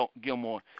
Gilmore